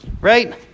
right